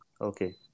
Okay